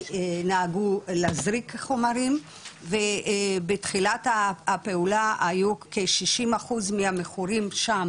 שנהגו להזריק חומרים ובתחילת הפעולה היו כ-60 אחוז מהמכורים שם,